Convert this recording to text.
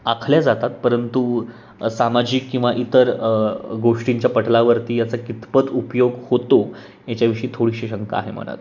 आखल्या जातात परंतु सामाजिक किंवा इतर गोष्टींच्या पटलावरती याचा कितपत उपयोग होतो याच्याविषयी थोडीशी शंका आहे मनात